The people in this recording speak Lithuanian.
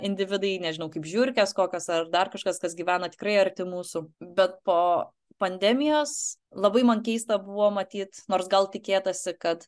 individai nežinau kaip žiurkės kokios ar dar kažkas kas gyvena tikrai arti mūsų bet po pandemijos labai man keista buvo matyt nors gal tikėtasi kad